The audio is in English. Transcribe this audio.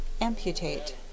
Amputate